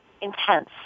intense